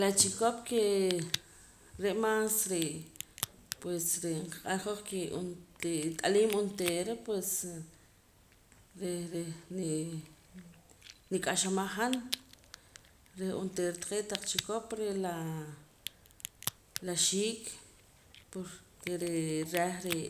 La chikop kee re' maas re' pues re' nqaq'or hoj ke ontee nrit'aliim onteera pues reh reh nik'axamaj han reh onteera taqee' taq chikop re' laa la xiik porque ree' reh re'